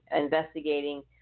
investigating